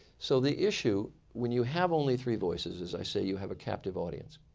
so the issue, when you have only three voices as i say you have a captive audience.